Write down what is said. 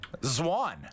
Zwan